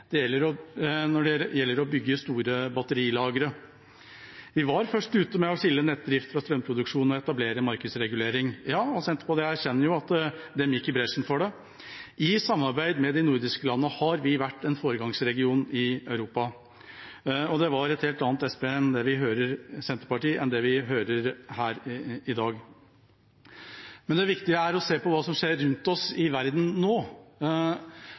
Det gjelder for elbiler, grønne datasenter, havvind og når det gjelder å bygge store batterilagre. Vi var først ute med å skille nettdrift fra strømproduksjon og å etablere markedsregulering, og Senterpartiet erkjenner at de gikk i bresjen for det. I samarbeid med de nordiske landene har vi vært en foregangsregion i Europa. Det var et helt annet Senterparti enn det vi hører her i dag. Det viktige er å se på hva som skjer rundt oss i verden nå,